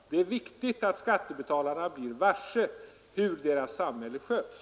Det är viktigt att skattebetalarna blir varse hur deras samhälle sköts.